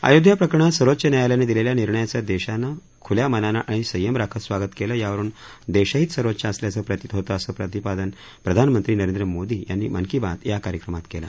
अयोध्या प्रकरणात सर्वोच्च न्यायालयानं दिलेल्या निर्णयाचं देशाने खुल्या मनानं आणि संयम राखत स्वागत केलं यावरुन देशहित सर्वोच्च असल्याचंच प्रतित होतं असं प्रतिपादन प्रधानमंत्री नरेंद्र मोदी यांनी मन की बात या कार्यक्रमात आज केलं